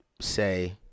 say